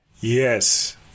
Yes